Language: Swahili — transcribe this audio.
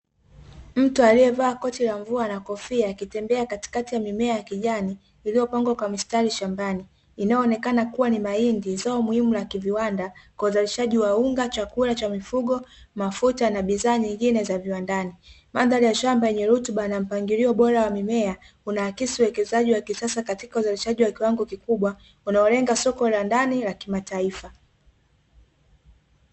Mtu aliyevaa koti la mvua na kofia akitembea katikati ya mimea ya kijani iliyopangwa kwa mistari shambani, inayoonekana kuwa ni mahindi zao muhimu la kiviwanda kwa uzalishaji wa unga, chakula cha mifugo, mafuta na bidhaa nyingine za viwandani. Mandhari ya shamba yenye rutuba na mpangilio bora wa mimea unaakisi uwekezaji wa kisasa katika uzalishaji wa kiwango kikubwa unaolenga soko la ndani la kimataifa.